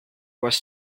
was